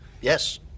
Yes